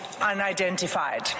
unidentified